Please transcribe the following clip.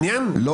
מעניין.